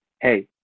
hey